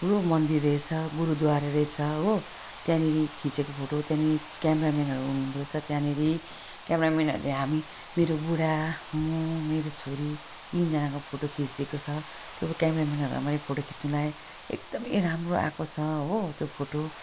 ठुलो मन्दिर रहेछ गुरुद्वारे रहेछ हो त्यहाँनेरि खिचेको फोटो त्यहाँनेरि क्यामराम्यानहरू हुनु हुँदो रहेछ त्यहाँनेरि क्यामराम्यानहरूले हामी मेरो बुढा म मेरो छोरी तिनजनाको फोटो खिचिदिएको छ त्यो क्यामराम्यानहरूलाई मैले फोटो खिच्नु लगाएँ एकदम राम्रो आएको छ हो त्यो फोटो